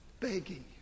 begging